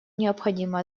необходимо